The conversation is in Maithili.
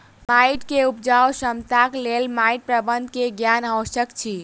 माइट के उपजाऊ क्षमताक लेल माइट प्रबंधन के ज्ञान आवश्यक अछि